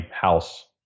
house